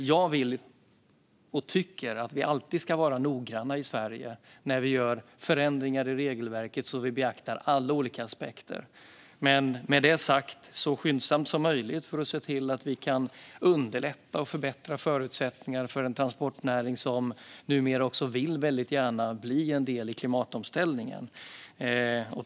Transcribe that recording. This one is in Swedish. Jag vill och tycker att vi i Sverige alltid ska vara noggranna när vi gör förändringar i regelverket så att vi beaktar alla olika aspekter. Med det sagt ska dock detta ske så skyndsamt som möjligt för att se till att vi kan underlätta och förbättra förutsättningarna för en transportnäring som numera också väldigt gärna vill bli en del i klimatomställningen.